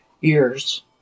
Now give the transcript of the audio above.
years